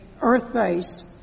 earth-based